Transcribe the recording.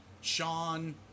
Sean